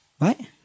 right